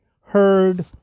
heard